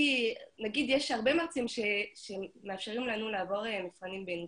נגיד יש הרבה מרצים שמאפשרים לנו לעבור מבחנים באנגלית,